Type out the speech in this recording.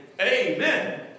Amen